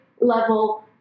level